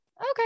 okay